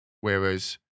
whereas